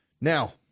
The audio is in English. Now